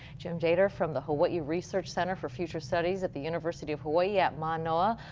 jim dator from the hawaii research center for futures studies at the university of hawaii at manoa.